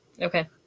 Okay